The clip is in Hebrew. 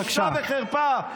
בבקשה, רד.